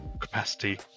capacity